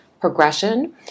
Progression